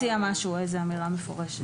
אולי נציע משהו, איזה אמירה מפורשת.